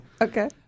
Okay